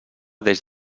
des